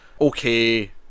okay